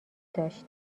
داشت